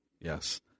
Yes